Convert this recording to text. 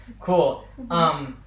cool